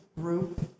group